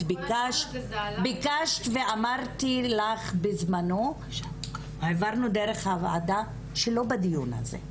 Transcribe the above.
ביקשת ואמרתי לך בזמנו, שלא בדיון הזה.